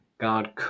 God